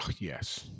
yes